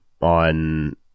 on